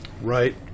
Right